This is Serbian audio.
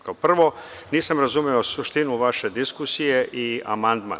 Kao prvo, nisam razumeo suštinu vaše diskusije i amandman.